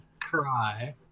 Cry